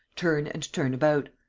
turn and turn about.